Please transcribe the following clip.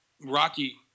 Rocky